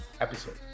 episode